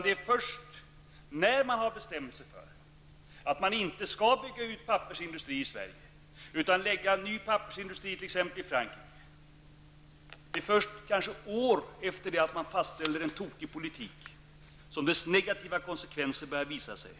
Det är först år efter det att man fastställer en tokig politik -- såsom när man har bestämt sig för att inte bygga ut pappersindustri i Sverige, utan lägga ny pappersindustri i t.ex. Frankrike -- som dessa negativa konsekvenser börjar visa sig.